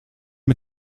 mit